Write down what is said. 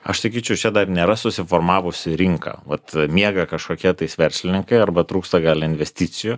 aš sakyčiau čia dar nėra susiformavusi rinka vat miega kažkokie tais verslininkai arba trūksta gal investicijų